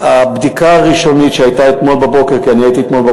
לפי הבדיקה הראשונית שהייתה אתמול בבוקר,